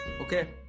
okay